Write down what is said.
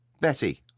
Betty